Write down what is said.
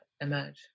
emerge